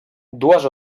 dues